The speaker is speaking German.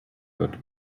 wird